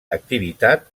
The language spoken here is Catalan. activitat